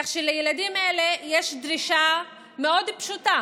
כך שלילדים אלה יש דרישה מאוד פשוטה: